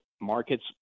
markets